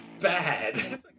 bad